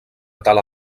tala